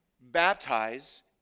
baptize